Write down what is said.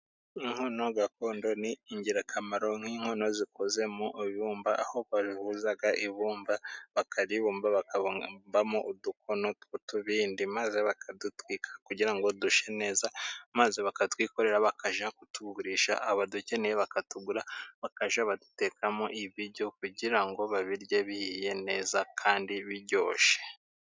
Inkono gakondo ni ingirakamaro. Nk'inkono zikoze mu ibumba aho bahuza ibumba bakaribumba bakambamo udukono tw'tubindi maze bakadutwika kugira ngo dushye neza, maze bakatwikorera bakajya kutugurisha, abadukeneye bakatugura bakajya badutekamo ibiryo, kugira ngo babirye bihiye neza, kandi biryoshye.